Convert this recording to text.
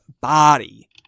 body